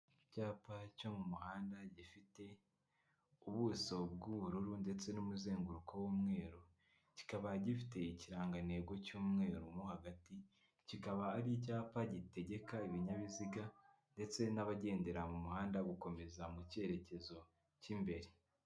Icyapa cyo mu muhanda gifite ubuso bw'ubururu ndetse n'umuzenguruko w'umweru, kikaba gifite ikirangantego cy'umweru mo hagati, kikaba ari icyapa gitegeka ibinyabiziga ndetse n'abagendera mu muhanda gukomeza mu cyerekezo cy'imbere.